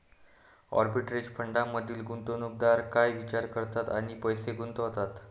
Arbitrage फंडांमधील गुंतवणूकदार काय विचार करतात आणि पैसे गुंतवतात?